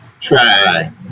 try